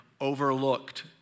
overlooked